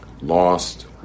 lost